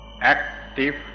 active